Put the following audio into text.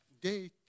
date